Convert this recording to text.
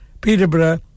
Peterborough